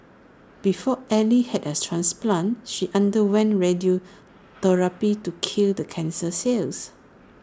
before ally had A transplant she underwent radiotherapy to kill the cancer cells